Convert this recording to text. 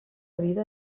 vida